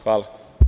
Hvala.